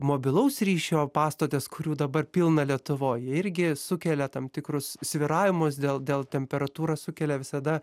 mobilaus ryšio pastotes kurių dabar pilna lietuvoj jie irgi sukelia tam tikrus svyravimus dėl dėl temperatūros sukelia visada